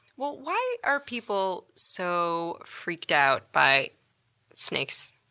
why are people so freaked out by snakes,